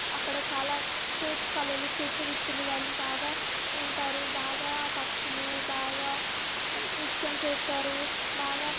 అక్కడ చాలా చేతి కళలు చేతి వృత్తులు వాళ్ళు బాగా ఉంటారు బాగా పక్షులు బాగా నృత్యం చేస్తారు బాగా